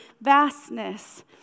vastness